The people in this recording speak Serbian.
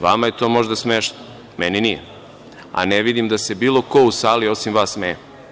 Vama je to možda smešno, meni nije, a ne vidim da se bilo ko u sali osim vas smeje.